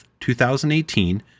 2018